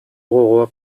gogoa